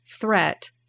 threat